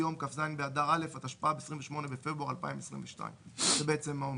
יום כ"ז באדר א' התשפ"ב (28 בפברואר 2022);" זה בעצם האומיקרון.